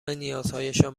نیازهایشان